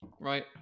right